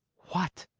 what?